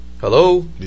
Hello